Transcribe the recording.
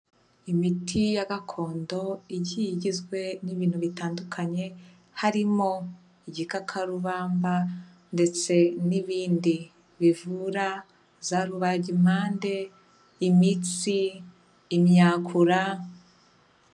Imiti ya gakondo igiye igizwe n'ibintu bitandukanye, harimo igikakarubamba ndetse n'ibindi bivura za rubagipande, imitsi, imyakura.